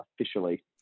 officially